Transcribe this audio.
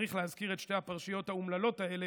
צריך להזכיר את שתי הפרשיות האומללות האלה,